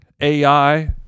AI